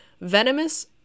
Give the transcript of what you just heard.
venomous